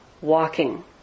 walking